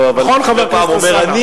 נכון, חבר הכנסת טלב אלסאנע?